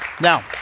Now